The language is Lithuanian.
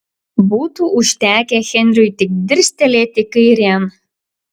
būtų užtekę henriui tik dirstelėti kairėn